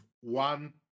one